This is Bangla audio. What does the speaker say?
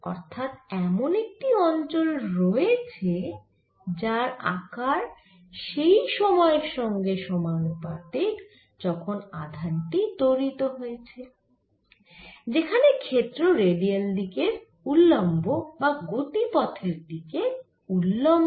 অর্থাৎ এমন একটি অঞ্চল রয়েছে যার আকার সেই সময়ের সঙ্গে সমানুপাতিক যখন আধান টি ত্বরিত হয়েছে যেখানে ক্ষেত্র রেডিয়াল দিকের উল্লম্ব বা গতিপথের দিকের উল্লম্ব